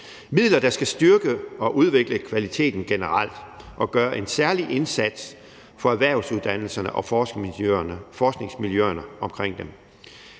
midler, der skal styrke og udvikle kvaliteten generelt og gøre en særlig indsats for erhvervsuddannelserne og forskningsmiljøerne omkring dem.